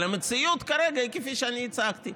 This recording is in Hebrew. אבל המציאות כרגע היא כפי שאני הצגתי,